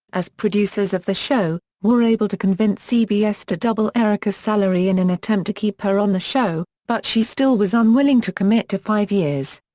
as producers of the show, were able to convince cbs to double erika's salary in an attempt to keep her on the show, but she still was unwilling to commit to five years.